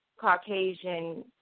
Caucasian